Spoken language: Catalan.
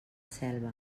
selva